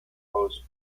coast